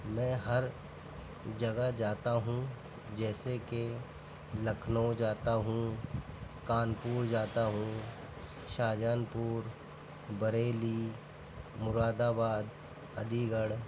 میں ہر جگہ جاتا ہوں جیسے کہ لکھنؤ جاتا ہوں کانپور جاتا ہوں شاہ جہانپور بریلی مُراد آباد علی گڑھ